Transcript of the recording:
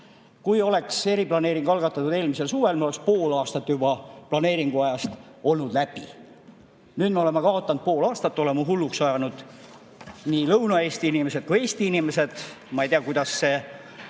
Kui oleks eriplaneering algatatud eelmisel suvel, oleks pool aastat planeeringuajast olnud juba läbi. Nüüd me oleme kaotanud pool aastat, oleme hulluks ajanud nii Lõuna-Eesti inimesed kui [muu] Eesti inimesed. Ma ei tea, kuidas see